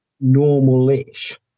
normal-ish